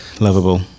lovable